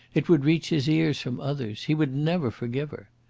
it would reach his ears from others. he would never forgive her.